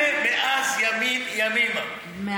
זה מימים-ימימה, הקטע של תקנים.